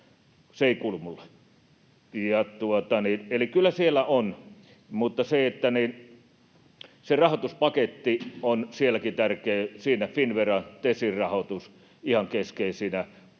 Se ei kuulu minulle. — Eli kyllä siellä on, mutta se rahoituspaketti on sielläkin tärkeä, ja siinä Finnveran, Tesin rahoitus on ihan keskeisinä,